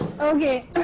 Okay